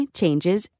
changes